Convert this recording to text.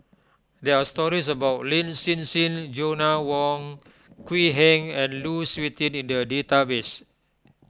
there are stories about Lin Hsin Hsin Joanna Wong Quee Heng and Lu Suitin in the database